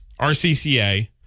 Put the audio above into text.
RCCA